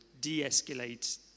de-escalate